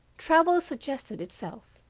travel suggested itself,